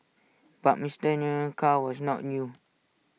but Mister Nguyen's car was not new